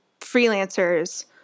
freelancers